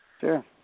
Sure